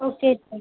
okay sir